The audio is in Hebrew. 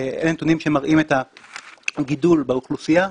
אלה נתונים שמראים את הגידול באוכלוסייה,